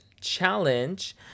challenge